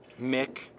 Mick